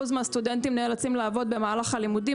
מהסטודנטים נאלצים לעבוד במהלך הלימודים.